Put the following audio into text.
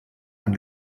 ein